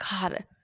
God